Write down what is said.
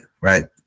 right